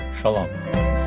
Shalom